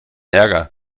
ärger